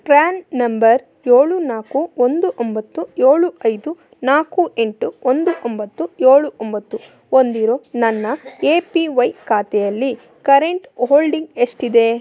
PRAN number ಏಳು ನಾಲ್ಕು ಒಂದು ಒಂಬತ್ತು ಏಳು ಐದು ನಾಲ್ಕು ಎಂಟು ಒಂದು ಒಂಬತ್ತು ಏಳು ಒಂಬತ್ತು ಹೊಂದಿರೊ ನನ್ನ ಎ ಪಿ ವೈ ಖಾತೆಯಲ್ಲಿ ಕರೆಂಟ್ ಹೋಲ್ಡಿಂಗ್ ಎಷ್ಟಿದೆ